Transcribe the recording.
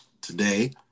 today